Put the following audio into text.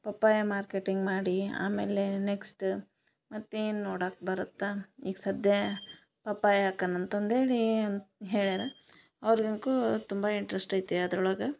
papaya marketing ಮಾಡಿ ಆಮೇಲೆ next ಮತ್ತೇನು ನೋಡಾಕೆ ಬರತ್ತ ಈಗ ಸದ್ಯ ಪಪ್ಪಾಯ ಹಾಕನ ಅಂತಂದು ಹೇಳಿ ಅನ್ನು ಹೇಳ್ಯಾರ ಅವ್ರ್ಗಿನ್ಕು ತುಂಬಾ ಇಂಟ್ರೆಸ್ಟ್ ಐತಿ ಅದರೊಳಗ